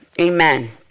amen